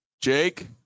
Jake